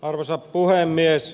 arvoisa puhemies